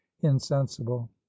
insensible